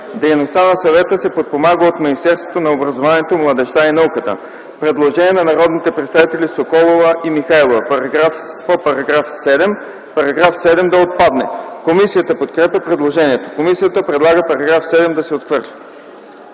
Дейността на съвета се подпомага от Министерството на образованието, младежта и науката.” Предложение на народните представители Соколова и Михайлова по § 7: „§ 7 да отпадне.” Комисията подкрепя предложението. Комисията предлага §7 да се отхвърли.